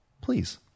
please